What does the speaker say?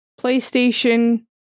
PlayStation